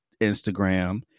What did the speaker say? Instagram